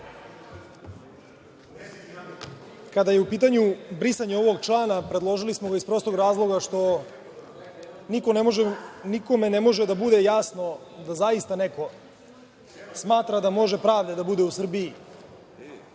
kada je u pitanju brisanje ovog člana, predložili smo ga iz prostog razloga što nikome ne može da bude jasno da zaista neko smatra da može pravde da bude u Srbiji